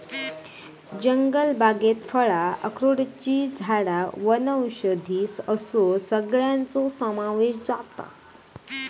जंगलबागेत फळां, अक्रोडची झाडां वनौषधी असो सगळ्याचो समावेश जाता